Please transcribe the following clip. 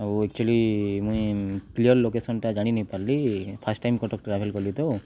ଆଉ ଏକଚୁଆଲି ମୁଇଁ କ୍ଲିଅର୍ ଲୋକେସନ୍ଟା ଜାଣିନାଇଁ ପାର୍ଲି ଫାର୍ଷ୍ଟ ଟାଇମ୍ କଟକ ଟ୍ରାଭେଲ୍ କଲି ତ